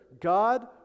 God